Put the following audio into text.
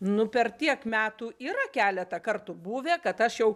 nu per tiek metų yra keletą kartų buvę kad aš jau